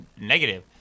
negative